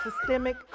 systemic